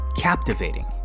captivating